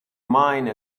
mine